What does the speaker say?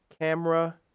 camera